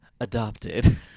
adopted